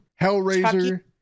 Hellraiser